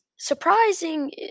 surprising